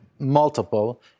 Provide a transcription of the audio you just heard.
multiple